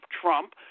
Trump